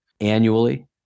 annually